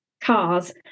cars